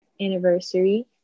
anniversary